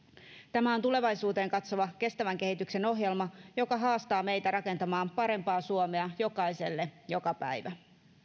tämä on tulevaisuuteen katsova kestävän kehityksen ohjelma joka haastaa meitä rakentamaan parempaa suomea jokaiselle joka päivä